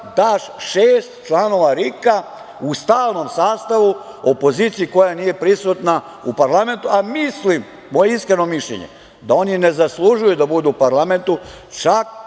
daš šest članova RIK-a u stalnom sastavu opoziciji koja nije prisutna u parlamentu, a mislim, to je moje iskreno mišljenje, da oni ni ne zaslužuju da budu u parlamentu. Čak